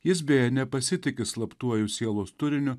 jis beje nepasitiki slaptuoju sielos turiniu